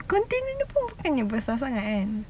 container dia pun bukannya besar sangat kan